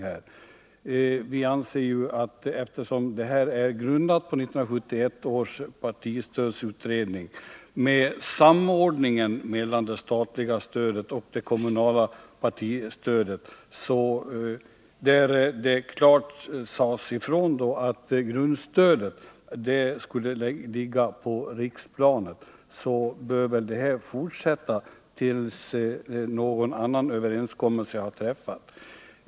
Eftersom det nuvarande systemet är grundat på 1971 års partistödsutredning och överenskommelsen om en samordning av det statliga och det kommunala partistödet, då det klart sades ifrån att grundstödet skulle ligga på riksplanet, bör man väl fortsätta att tillämpa detta system tills någon ny överenskommelse har träffats.